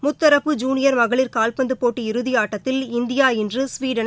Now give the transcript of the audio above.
முத்தரப்பு ஜூனியர் மகளிர் கால்பந்து போட்டி இறுதி ஆட்டத்தில் இந்தியா இன்று ஸ்வீடனை